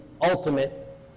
ultimate